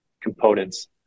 components